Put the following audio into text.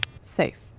Safe